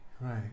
Right